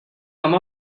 come